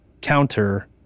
counter